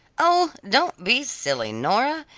oh, don't be silly, nora,